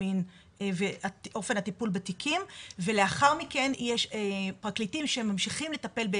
מין ואופן הטיפול בתיקים ולאחר מכן יש פרקליטים שממשיכים לטפל,